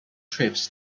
trips